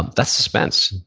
that's suspense,